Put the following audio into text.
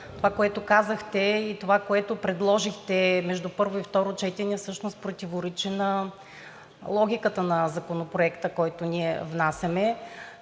това, което казахте, и това, което предложихте между първо и второ четене, всъщност противоречи на логиката на Законопроекта, който ние внасяме